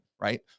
right